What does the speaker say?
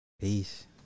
Peace